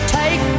take